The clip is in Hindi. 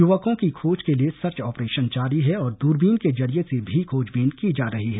युवकों की खोज के लिए सर्च ऑपरे न जारी है और दूरबीन के जरिये से भी खोजबीन की जा रही है